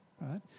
right